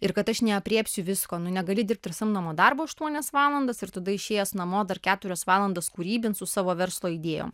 ir kad aš neaprėpsiu visko nu negali dirbt ir samdomo darbo aštuonias valandas ir tada išėjęs namo dar keturias valandas kūrybint su savo verslo idėjom